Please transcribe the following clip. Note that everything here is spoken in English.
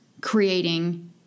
creating